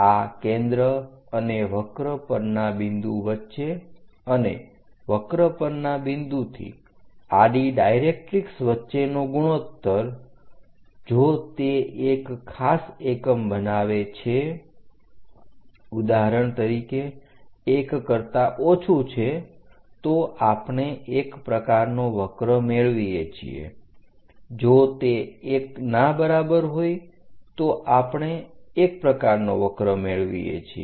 આ કેન્દ્ર અને વક્ર પરના બિંદુ વચ્ચે અને વક્ર પરના બિંદુથી આડી ડાયરેક્ટરીક્ષ વચ્ચેનો ગુણોત્તર જો તે એક ખાસ એકમ બનાવે છે ઉદાહરણ તરીકે 1 કરતા ઓછું છે તો આપણે એક પ્રકારનો વક્ર મેળવીએ છીએ જો તે 1 ના બરાબર હોય છે તો આપણે એક પ્રકારનો વક્ર મેળવીએ છીએ